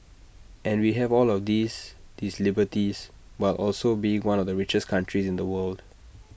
and we have all of these these liberties while also being one of the richest countries in the world